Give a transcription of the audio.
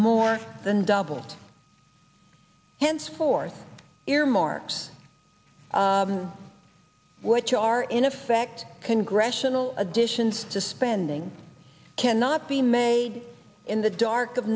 more than double henceforth earmarks which are in effect congressional additions to spending cannot be made in the dark of